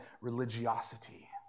religiosity